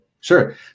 Sure